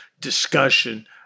discussion